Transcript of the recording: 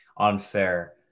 Unfair